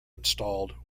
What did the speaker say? installed